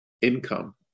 income